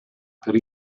per